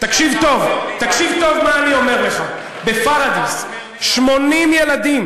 תקשיב טוב מה אני אומר לך: בפוריידיס 80 ילדים